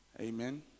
Amen